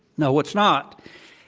no, it's not.